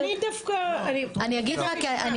בואי